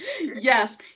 yes